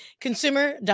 consumer